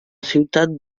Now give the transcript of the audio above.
ciutat